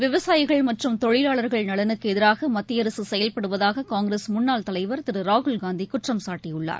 விவசாயிகள் மற்றும் தொழிலாளர்கள் நலனுக்கு எதிராக மத்திய அரசு செயல்படுவதாக காங்கிரஸ் முன்னாள் தலைவர் திரு ராகுல்காந்தி குற்றம் சாட்டியுள்ளார்